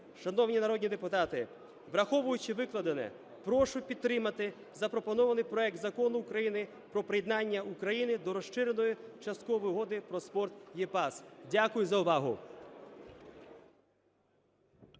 Шановні народні депутати, враховуючи викладене, прошу підтримати запропонований проект Закону України про приєднання України до Розширеної часткової угоди про спорт (EPAS). Дякую за увагу.